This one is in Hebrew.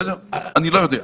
אני לא יודע.